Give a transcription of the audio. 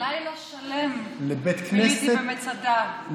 לילה שלם ביליתי במצדה.